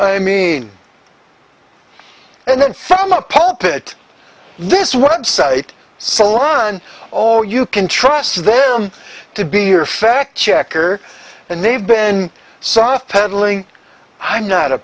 i mean and then some a puppet this web site salon all you can trust them to be your fact checker and they've been soft pedaling i'm not a